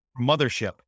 Mothership